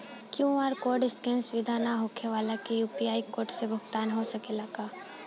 QR code scan सुविधा ना होखे वाला के यू.पी.आई कोड से भुगतान हो सकेला का?